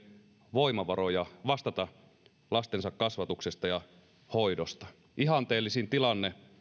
voimavaroja vastata lastensa kasvatuksesta ja hoidosta ihanteellisin tilanne